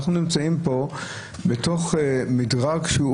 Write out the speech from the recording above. אנחנו מגיעים פה לתוך מדרג שהוא